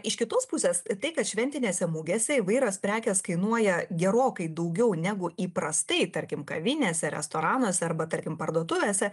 iš kitos pusės tai kad šventinėse mugėse įvairios prekės kainuoja gerokai daugiau negu įprastai tarkim kavinėse restoranuose arba tarkim parduotuvėse